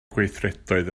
gweithredoedd